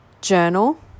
journal